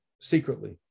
secretly